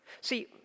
See